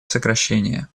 сокращения